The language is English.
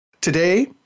today